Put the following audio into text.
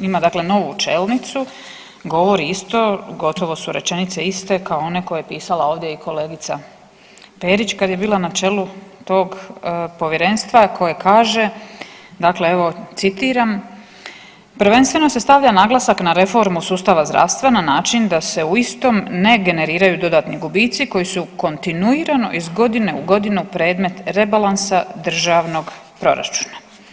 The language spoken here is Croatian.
ima dakle novu čelnicu, govori isto, gotovo su rečenice iste kao one koje je pisala ovdje kolegica Perić kad je bila na čelu tog Povjerenstva koje kaže, dakle evo, citiram, prvenstveno se stavlja naglasak na reformu sustava zdravstva na način da se u istom ne generiraju dodatni gubitci koji su kontinuirano iz godine u godinu predmet rebalansa državnog proračuna.